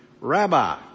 Rabbi